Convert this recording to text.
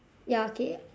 ya okay